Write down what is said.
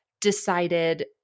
decided